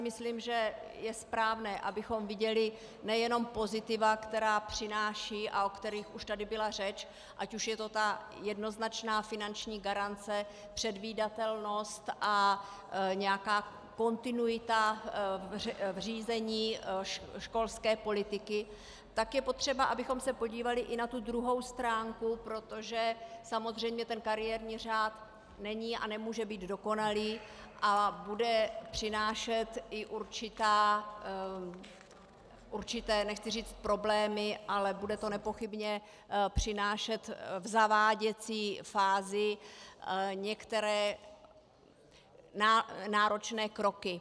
Myslím si, že je správné, abychom viděli nejenom pozitiva, která přináší a o kterých už tady byla řeč, ať už je to ta jednoznačná finanční garance, předvídatelnost a nějaká kontinuita v řízení školské politiky, tak je potřeba, abychom se podívali i na tu druhou stránku, protože samozřejmě ten kariérní řád není a nemůže být dokonalý a bude přinášet i určité nechci říct problémy, ale bude to nepochybně přinášet v zaváděcí fázi některé náročné kroky.